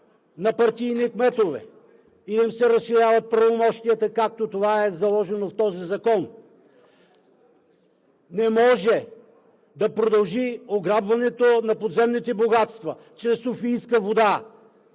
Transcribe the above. на партийни кметове и да им се разширяват правомощията, както това е заложено в този закон. Не може да продължи ограбването на подземните богатства чрез „Софийска вода“